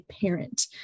parent